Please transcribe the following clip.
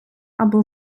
або